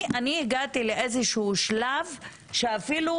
אני הגעתי לאיזה שהוא שלב שאפילו